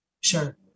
Sure